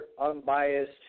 unbiased